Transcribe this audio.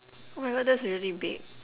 oh my God that's really big